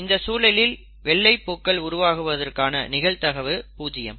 இந்த சூழலில் வெள்ளைப்பூக்கள் உருவாகுவதற்கான நிகழ்தகவு 0